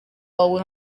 wawe